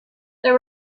there